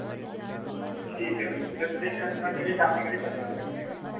ठीक ऐ मैम मै तुसेंगी कन्फर्म करियै फैमिली कन्नै कन्फर्म करियै मै तुसें सनानां